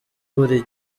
buri